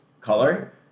color